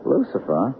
Lucifer